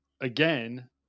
again